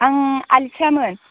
आं आलिसामोन